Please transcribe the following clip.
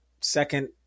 second